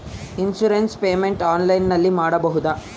Insurance payment ಆನ್ಲೈನಿನಲ್ಲಿ ಮಾಡಬಹುದಾ?